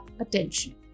attention